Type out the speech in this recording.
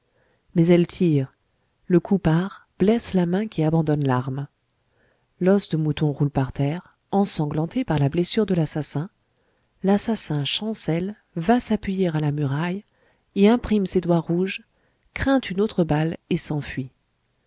mais elle tire le coup part blesse la main qui abandonne l'arme l'os de mouton roule par terre ensanglanté par la blessure de l'assassin l'assassin chancelle va s'appuyer à la muraille y imprime ses doigts rouges craint une autre balle et s'enfuit